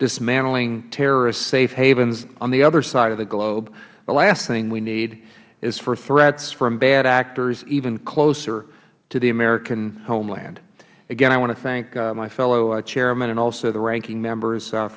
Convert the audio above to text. dismantling terrorist safe havens on the other side of the globe the last thing we need is for threats from bad actors even closer to the american homeland again i want to thank my fellow chairmen and also the ranking members